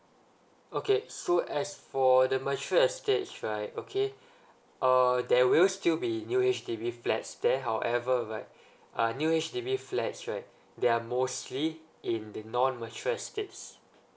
okay so as for the mature estates right okay uh there will still be new H_D_B flats there okay however right uh new H_D_B flats right they're mostly in the non mature estates